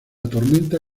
tormenta